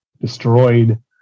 destroyed